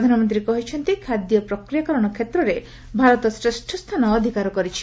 ପ୍ରଧାନମନ୍ତ୍ରୀ କହିଛନ୍ତି ଖାଦ୍ୟ ପ୍ରକ୍ରିୟାକରଣ କ୍ଷେତ୍ରରେ ଭାରତ ଶ୍ରେଷ୍ଠ ସ୍ଥାନ ଅଧିକାର କରିଛି